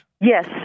Yes